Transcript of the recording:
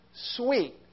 sweet